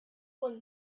one